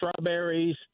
strawberries